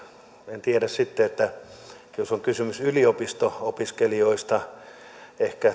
en tiedä sitten onko kysymys yliopisto opiskelijoista tai tarkoititteko ehkä